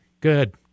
good